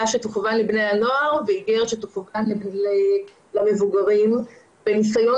שתכוון לבני הנוער ואיגרת שתכוון למבוגרים בניסיון